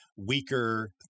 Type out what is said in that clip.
weaker